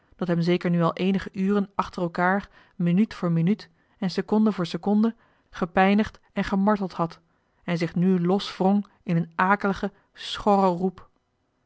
dat hem zeker nu al eenige uren achter elkaar minuut voor minuut en seconde voor seconde gepijnigd en gemarteld had en zich nu loswrong in een akeligen schorren roep